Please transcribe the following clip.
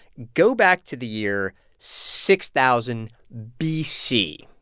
go back to the year six thousand b c,